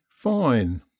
Fine